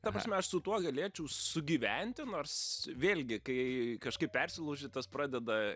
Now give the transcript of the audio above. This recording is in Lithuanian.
ta prasme aš su tuo galėčiau sugyventi nors vėlgi kai kažkaip persilauži tas pradeda